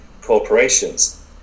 corporations